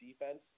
defense